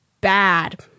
bad